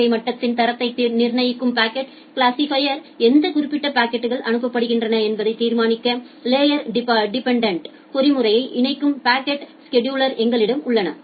சேவை மட்டத்தின் தரத்தை நிர்ணயிக்கும் பாக்கெட் கிளாசிபைர் எந்த குறிப்பிட்ட பாக்கெட்கள் அனுப்பப்படுகின்றன என்பதை தீர்மானிக்க லேயா் டிபென்டன்ட் பொறிமுறையை இணைக்கும் பாக்கெட் ஸெடுலா் எங்களிடம் உள்ளன